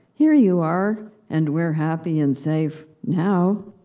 here you are, and we're happy and safe now.